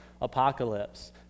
apocalypse